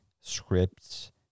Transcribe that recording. scripts